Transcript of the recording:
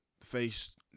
faced